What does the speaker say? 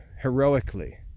heroically